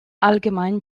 allgemein